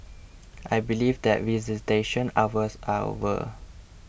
I believe that visitation hours are over